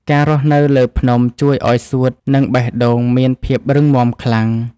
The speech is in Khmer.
ការរស់នៅលើភ្នំជួយឱ្យសួត និងបេះដូងមានភាពរឹងមាំខ្លាំង។